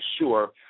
sure –